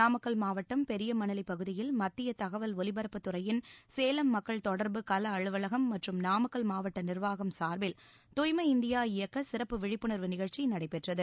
நாமக்கல் மாவட்டம் பெரியமணலிப் பகுதியில் மத்திய தகவல் ஒலிபரப்புத்துறையின் சேலம் மக்கள் தொடர்பு கள அலுவலகம் மற்றும் நாமக்கல் மாவட்ட நிர்வாகம் சார்பில் தூய்மை இந்தியா இயக்க சிறப்பு விழிப்புணர்வு நிகழ்ச்சி நடைபெற்றது